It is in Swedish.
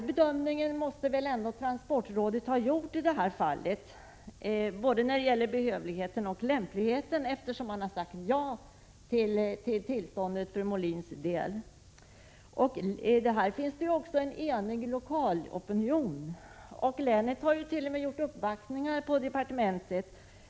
Transportrådet måste ändå ha gjort bedömningen att båda dessa krav uppfylldes, eftersom man för Mohlins del har sagt ja till tillståndet. Dessutom finns i det här fallet en enig lokalopinion. Länet, med landshövdingen i spetsen, hart.o.m. gjort uppvaktningar på departementet.